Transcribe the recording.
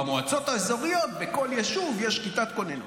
במועצות האזוריות, בכל יישוב יש כיתת כוננות.